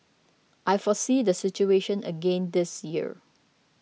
I foresee the situation again this year